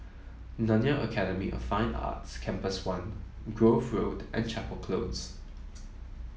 Nanyang Academy of Fine Arts Campus One Grove Road and Chapel Close